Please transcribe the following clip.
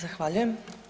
Zahvaljujem.